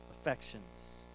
affections